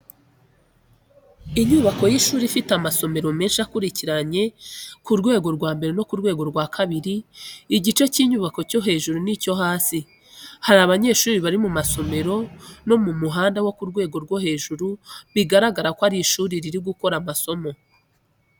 Inyubako y’ishuri ifite amasomero menshi akurikiranye ku rwego rwa mbere no ku rwego rwa kabiri igice cy'inyubako cyo hejuru n'icyo hasi. Hari abanyeshuri bari mu masomero no mu muhanda wo ku rwego rwo hejuru, bigaragaza ko ishuri riri gukora amasomo.